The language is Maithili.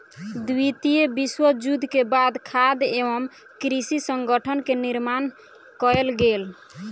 द्वितीय विश्व युद्ध के बाद खाद्य एवं कृषि संगठन के निर्माण कयल गेल